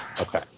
Okay